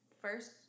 First